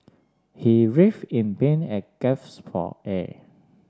he writhed in pain and gasped for air